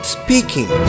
speaking